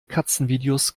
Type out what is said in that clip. katzenvideos